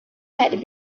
had